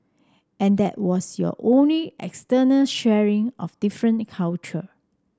and that was your only external sharing of different culture